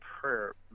prayer